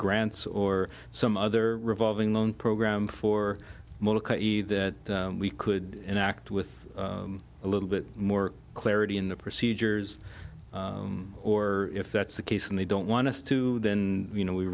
grants or some other revolving loan program for the that we could enact with a little bit more clarity in the procedures or if that's the case and they don't want us to then you know we